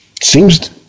Seems